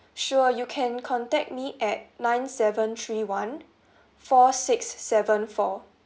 sure you can contact me at nine seven three one four six seven four